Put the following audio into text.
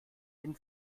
den